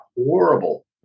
horrible